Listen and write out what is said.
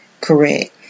correct